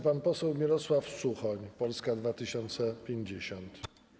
Pan poseł Mirosław Suchoń, Polska 2050.